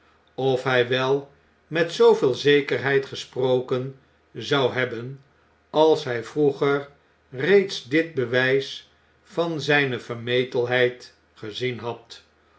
of hjj wel met zooveel zekerheid gesproken zou hebben als irg vroeger reeds dit bewijs van zyne vermetelheid gezien had